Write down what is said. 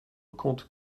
compte